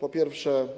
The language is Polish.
Po pierwsze, chodzi